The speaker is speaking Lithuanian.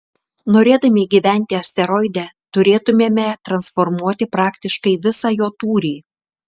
norėdami gyventi asteroide turėtumėme transformuoti praktiškai visą jo tūrį